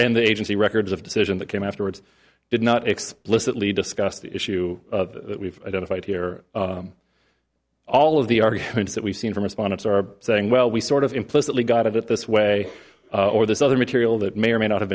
and the agency records of decision that came afterwards did not explicitly discuss the issue that we've identified here all of the arguments that we've seen from respondents are saying well we sort of implicitly got it this way or this other material that may or may not have